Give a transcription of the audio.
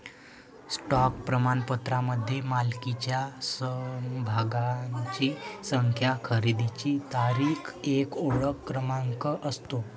stock प्रमाणपत्रामध्ये मालकीच्या समभागांची संख्या, खरेदीची तारीख, एक ओळख क्रमांक असतो